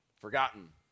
Forgotten